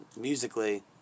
Musically